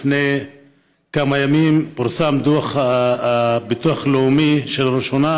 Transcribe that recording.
לפני כמה ימים פורסם דוח הביטוח הלאומי שלראשונה